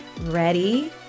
ready